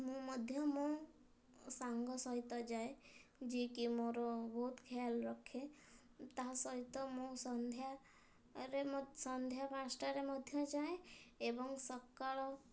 ମୁଁ ମଧ୍ୟ ମୁଁ ସାଙ୍ଗ ସହିତ ଯାଏ ଯିଏକି ମୋର ବହୁତ ଖିଆଲ ରଖେ ତା ସହିତ ମୁଁ ସନ୍ଧ୍ୟାରେ ସନ୍ଧ୍ୟା ପାଞ୍ଚଟାରେ ମଧ୍ୟ ଯାଏ ଏବଂ ସକାଳ